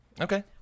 Okay